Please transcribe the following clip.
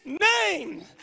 name